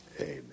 amen